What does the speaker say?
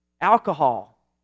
Alcohol